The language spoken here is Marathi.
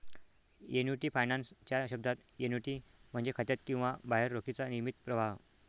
एन्युटी फायनान्स च्या शब्दात, एन्युटी म्हणजे खात्यात किंवा बाहेर रोखीचा नियमित प्रवाह